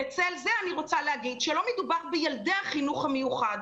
בצל זה אני רוצה להגיד שלא מדובר בילדי החינוך המיוחד,